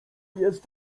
jest